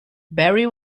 barry